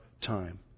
time